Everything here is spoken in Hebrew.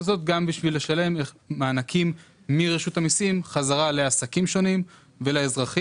הזאת גם בשביל לשלם מענקים מרשות המסים חזרה לעסקים שונים ולאזרחים,